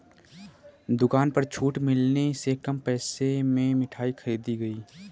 दुकान पर छूट मिलने से कम पैसे में मिठाई खरीदी गई